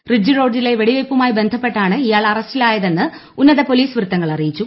ridge റോഡിലെ വെടിവെയ്പ്പുമായി ബന്ധപ്പെട്ടാണ് ഇയാൾ അറസ്റ്റിലായതെന്ന് ഉന്നത പോലീസ് വൃത്തങ്ങൾ അറിയിച്ചു